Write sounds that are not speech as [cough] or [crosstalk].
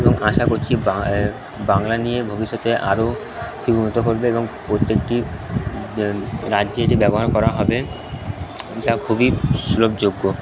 এবং আশা করছি [unintelligible] বাংলা নিয়ে ভবিষ্যতে আরও [unintelligible] করবে এবং প্রত্যেকটি রাজ্যেই এটি ব্যবহার করা হবে যা খুবই সুলভযোগ্য